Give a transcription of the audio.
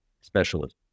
specialist